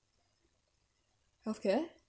health care